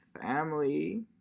family